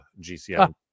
GCM